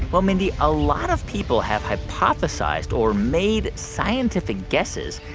well, mindy, a lot of people have hypothesized, or made scientific guesses,